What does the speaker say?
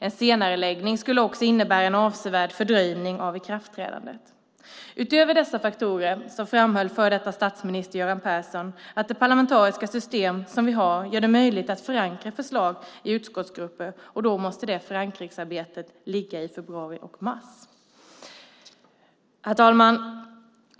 En senareläggning skulle också innebära en avsevärd fördröjning av ikraftträdandet. Utöver dessa faktorer framhöll före detta statsminister Göran Persson att det parlamentariska system som vi har gör det möjligt att förankra förslag i utskottsgrupper, och då måste det förankringsarbetet ligga i februari och mars. Herr talman!